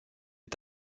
est